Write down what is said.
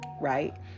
right